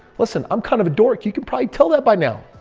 listen, i'm kind of a dork, you could probably tell that by now.